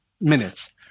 minutes